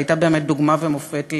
והייתה באמת דוגמה ומופת,